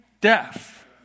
death